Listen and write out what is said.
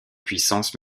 puissance